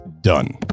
done